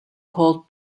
called